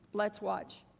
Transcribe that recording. let's watch.